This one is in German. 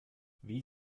wie